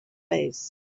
face